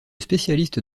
spécialiste